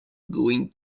going